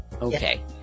Okay